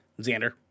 Xander